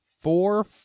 four